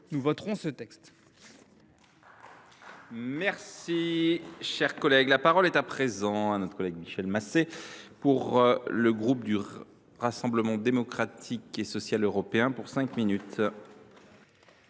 nous voterons ce texte.